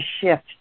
shift